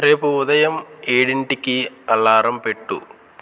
రేపు ఉదయం ఏడింటికి అలారం పెట్టు